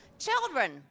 children